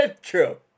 True